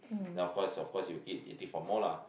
then of course of course you eat you take for more lah